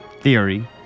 theory